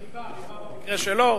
ריבה, במקרה שלו.